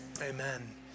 Amen